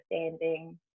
understanding